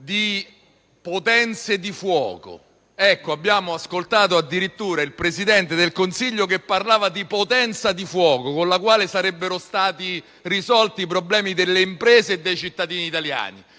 «potenza di fuoco». Abbiamo ascoltato addirittura il Presidente del Consiglio che parlava di potenza di fuoco con la quale sarebbero stati risolti i problemi delle imprese e dei cittadini italiani.